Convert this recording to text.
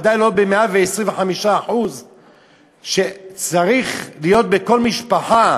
וודאי שלא ב-125% שצריך להיות בכל משפחה,